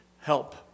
help